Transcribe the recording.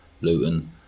Luton